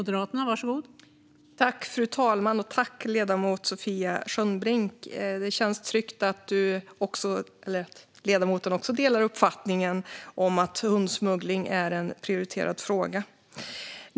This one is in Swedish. Fru talman! Tack för frågan, ledamoten Sofia Skönnbrink! Det känns tryggt att ledamoten delar uppfattningen att hundsmuggling är en prioriterad fråga.